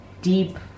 deep